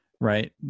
Right